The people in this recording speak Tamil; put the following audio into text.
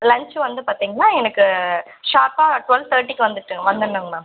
லன்ச் வந்து பார்த்திங்னா எனக்கு ஷார்ப்பாக டுவல் தேர்ட்டிக்கு வந்துவிட்டு வந்துடனுங் மேம்